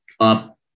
up